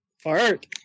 Fart